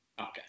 Okay